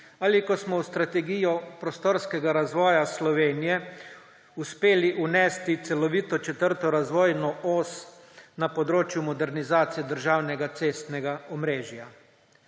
ali ko smo v Strategijo prostorskega razvoja Slovenija uspeli vnesti celovito 4. razvojno os na področju modernizacije državnega cestnega omrežja.